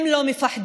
הם לא מפחדים,